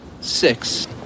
Six